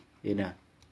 என்ன:enna